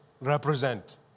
represent